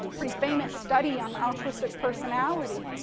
pretty famous study on altruistic personality,